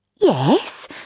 Yes